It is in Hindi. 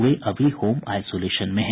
वे अभी होम आइसोलेशन में हैं